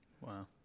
Wow